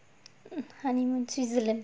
honeymoon switzerland